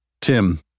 Tim